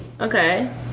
Okay